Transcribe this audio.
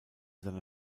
seine